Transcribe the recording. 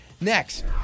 Next